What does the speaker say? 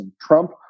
Trump